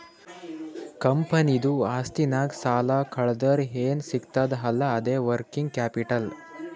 ಕಂಪನಿದು ಆಸ್ತಿನಾಗ್ ಸಾಲಾ ಕಳ್ದುರ್ ಏನ್ ಸಿಗ್ತದ್ ಅಲ್ಲಾ ಅದೇ ವರ್ಕಿಂಗ್ ಕ್ಯಾಪಿಟಲ್